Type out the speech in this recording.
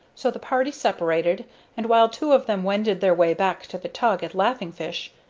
so the party separated and, while two of them wended their way back to the tug at laughing fish,